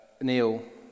Neil